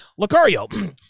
Lucario